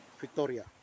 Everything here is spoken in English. Victoria